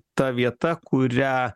ta vieta kurią